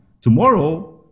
tomorrow